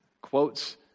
quotes